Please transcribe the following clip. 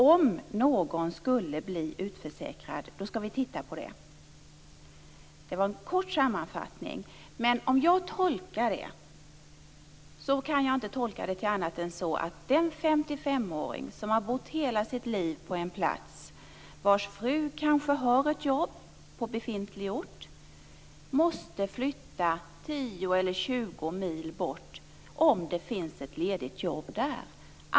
Om någon skulle bli utförsäkrad skall vi titta på det. Det var en kort sammanfattning, men om jag tolkar det så kan jag inte se annat än att en 55-åring som har bott hela sitt liv på en plats och vars fru kanske har ett jobb på befintlig ort måste flytta tio eller tjugo mil bort om det finns ett ledigt jobb där.